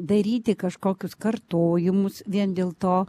daryti kažkokius kartojimus vien dėl to